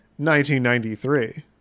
1993